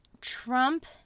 Trump